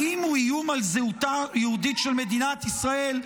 האם הוא איום על זהותה היהודית של מדינת ישראל?